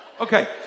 Okay